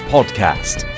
Podcast